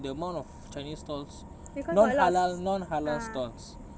the amount of chinese stalls non halal non halal stalls